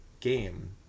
game